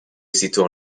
aussitôt